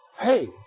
Hey